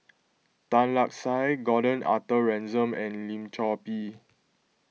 Tan Lark Sye Gordon Arthur Ransome and Lim Chor Pee